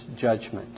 judgment